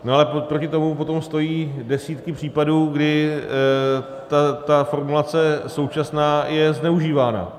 Ale proti tomu potom stojí desítky případů, kdy ta formulace současná je zneužívána.